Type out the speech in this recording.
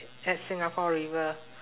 at singapore river